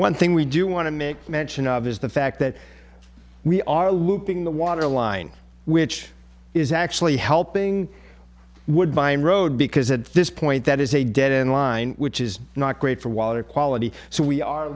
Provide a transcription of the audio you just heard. one thing we do want to make mention of is the fact that we are looping the water line which is actually helping woodbine road because at this point that is a dead end line which is not great for water quality so we are